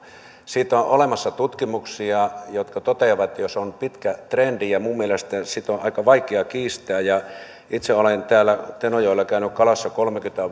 siitä on on olemassa tutkimuksia jotka toteavat että se on pitkä trendi ja minun mielestäni sitä on aika vaikea kiistää itse olen tenojoella käynyt kalassa kolmekymmentä